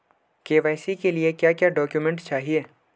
KYC के लिए क्या क्या डॉक्यूमेंट चाहिए?